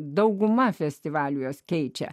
dauguma festivaliuose keičia